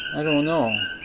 i don't know